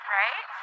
right